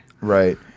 right